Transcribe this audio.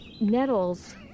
nettles